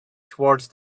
toward